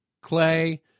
Clay